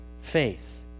faith